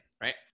Right